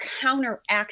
counteract